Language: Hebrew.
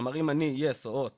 כלומר, אם אני יס או הוט